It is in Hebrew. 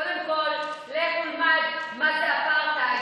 קודם כול לך ולמד מה זה אפרטהייד,